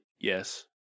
yes